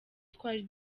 twari